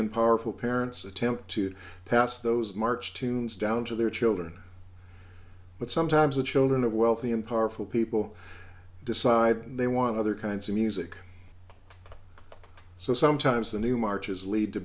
and powerful parents attempt to pass those march tunes down to their children but sometimes the children of wealthy and powerful people decide they want other kinds of music so sometimes the new marches lead to